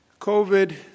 COVID